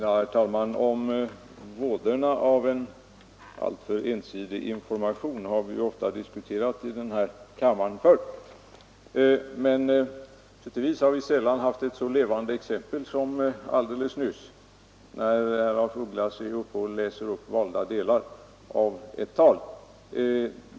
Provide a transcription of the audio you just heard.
Herr talman! Vådorna av en alltför ensidig information har vi ofta diskuterat här i kammaren. Men på sätt och vis har vi sällan fått ett så levande exempel på dessa vådor som då herr af Ugglas nyss läste upp valda delar av ett tal.